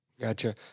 Gotcha